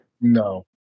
No